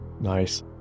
Nice